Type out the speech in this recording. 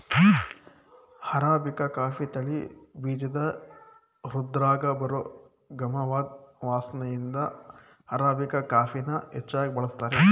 arabica coffee ತಳಿ ಬೀಜನ ಹುರ್ದಾಗ ಬರೋ ಗಮವಾದ್ ವಾಸ್ನೆಇಂದ ಅರಾಬಿಕಾ ಕಾಫಿನ ಹೆಚ್ಚಾಗ್ ಬಳಸ್ತಾರೆ